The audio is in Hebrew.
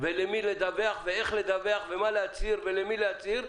ולמי לדווח ואיך לדווח ומה להצהיר ולמי להצהיר,